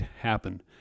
happen